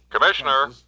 Commissioner